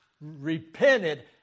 repented